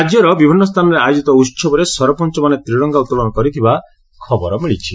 ରାଜ୍ୟର ବିଭିନ୍ନ ସ୍ଥାନରେ ଆୟୋଜିତ ଉହବରେ ସରପଞ୍ଚମାନେ ତ୍ରିରଙ୍ଗା ଉତ୍ତୋଳନ କରିଥିବା ଖବର ମିଳିଛି